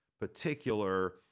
particular